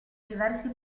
diversi